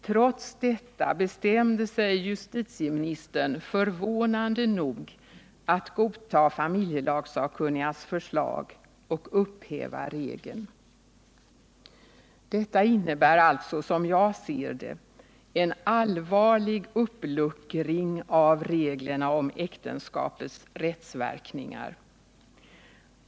Trots detta bestämde sig justitieministern förvånande nog för att godta familjelagssakkunnigas förslag och upphäva regeln. Detta innebär alltså, som jag ser det, en allvarlig uppluckring av reglerna om äktenskapets rättsverkningar.